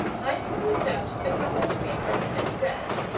i smoothed out the crumpled paper and read.